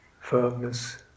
firmness